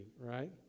right